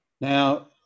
Now